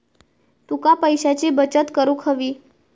तुका पैशाची बचत करूक हवी